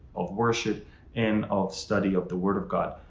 of worship and of study of the word of god.